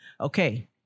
Okay